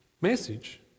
message